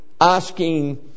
asking